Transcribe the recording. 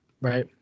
right